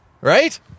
right